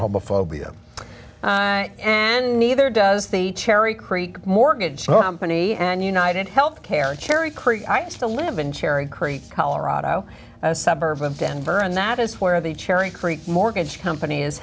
homophobia and neither does the cherry creek mortgage money and united health care cherry creek i used to live in cherry creek colorado a suburb of denver and that is where the cherry creek mortgage company is